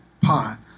pot